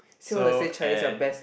so and